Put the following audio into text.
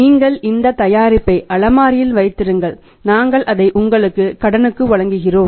நீங்கள் இந்த தயாரிப்பை அலமாரியில் வைத்திருங்கள் நாங்கள் அதை உங்களுக்கு கடனுக்கு வழங்குகிறோம்